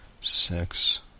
six